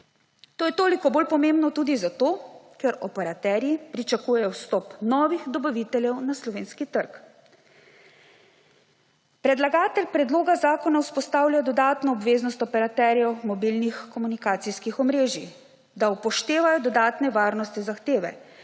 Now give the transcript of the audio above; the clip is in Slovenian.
To je toliko bolj pomembno tudi zato, ker operaterji pričakujejo vstop novih dobaviteljev na slovenski trg. Predlagatelj predloga zakona vzpostavlja dodatno obveznost operaterjev mobilnih komunikacijskih omrežij, da upoštevajo dodatne varnostne zahteve,